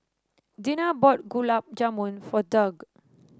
Dina bought Gulab Jamun for Doug